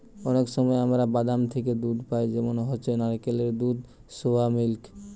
অনেক সময় আমরা বাদাম থিকে দুধ পাই যেমন হচ্ছে নারকেলের দুধ, সোয়া মিল্ক